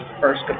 first